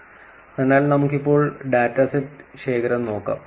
അതിനാൽ നമുക്ക് ഇപ്പോൾ ഡാറ്റ സെറ്റ് ശേഖരം നോക്കാം